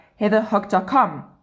heatherhook.com